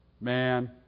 man